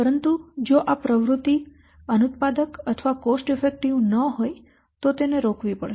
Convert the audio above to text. પરંતુ જો આ પ્રવૃત્તિ અનુત્પાદક અથવા કોસ્ટ ઇફેક્ટિવ ન હોય તો તેને રોકવી પડશે